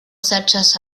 serĉas